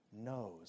knows